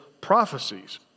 prophecies